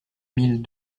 mille